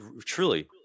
Truly